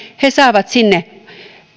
he saavat sinne